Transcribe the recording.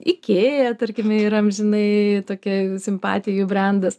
ikea tarkime yra amžinai tokia simpatijų brendas